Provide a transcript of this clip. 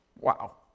Wow